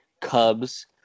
Cubs